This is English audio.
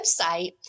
website